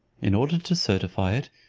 in order to certify it,